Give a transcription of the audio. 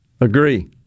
agree